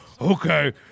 Okay